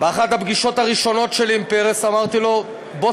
באחת הפגישות הראשונות שלי עם פרס אמרתי לו: בוא